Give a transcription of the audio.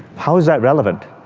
how is that relevant?